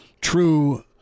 true